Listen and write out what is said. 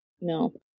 No